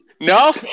No